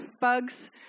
bugs